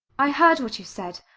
i heard what you said.